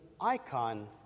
icon